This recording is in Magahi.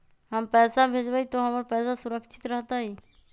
हम पैसा भेजबई तो हमर पैसा सुरक्षित रहतई?